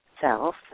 self